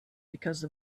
because